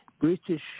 British